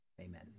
Amen